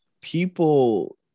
people